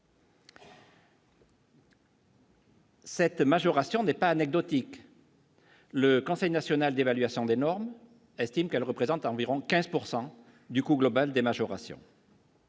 Cette majoration n'est pas anecdotique. Le Conseil national d'évaluation des normes estime qu'elle représente environ 15 pourcent du du coût global des majorations.